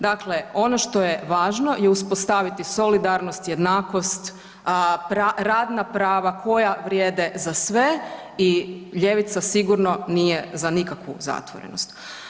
Dakle, ono što je važno je uspostaviti solidarnost, jednakost, a .../nerazumljivo/... radna prava koja vrijede za sve i ljevica sigurno nije za nikakvu zatvorenost.